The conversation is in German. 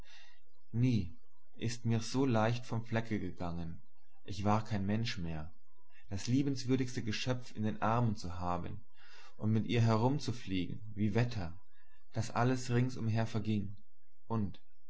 nie ist mir's so leicht vom flecke gegangen ich war kein mensch mehr das liebenswürdigste geschöpf in den armen zu haben und mit ihr herumzufliegen wie wetter daß alles rings umher verging und wilhelm